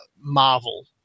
marvel